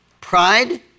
Pride